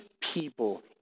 people